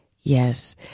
Yes